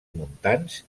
montans